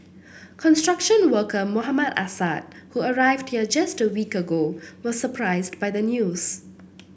construction worker Mohammad Assad who arrived here just a week ago was surprised by the news